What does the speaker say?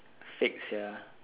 fake sia